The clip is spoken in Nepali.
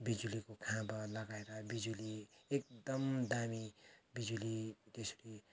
बिजुलीको खाँबा लगाएर बिजुली एकदम दामी बिजुली त्यसरी